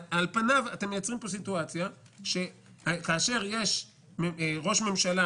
על פניו אתם מייצרים פה סיטואציה שכאשר יש ראש ממשלה